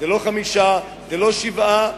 לא חמישה ולא שבעה חודשים,